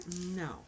No